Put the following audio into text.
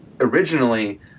originally